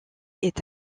est